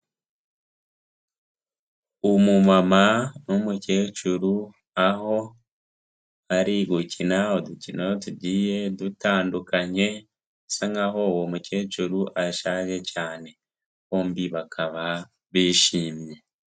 Umumama n'umukecuru, aho bari gukina udukino tugiye dutandukanye, bisa nk'aho uwo mukecuru ashaje cyane bombi bakaba bishimye.